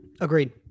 Agreed